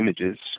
images